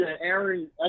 Aaron